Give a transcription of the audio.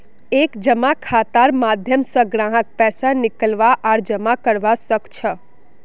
एक जमा खातार माध्यम स ग्राहक पैसा निकलवा आर जमा करवा सख छ